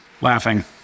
Laughing